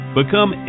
Become